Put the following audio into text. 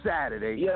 Saturday